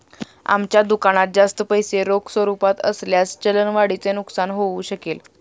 आमच्या दुकानात जास्त पैसे रोख स्वरूपात असल्यास चलन वाढीचे नुकसान होऊ शकेल